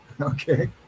Okay